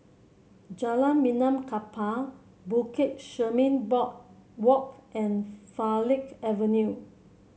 Jalan Benaan Kapal Bukit Chermin Boardwalk and Farleigh Avenue